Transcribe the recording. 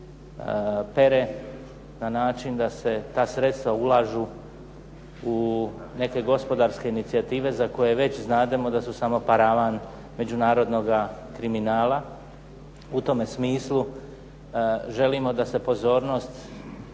na način da se ta sredstva ulažu u neke gospodarske inicijative, za koje već znademo da su samo paravan međunarodnoga kriminala. U tome smislu želimo da se pozornost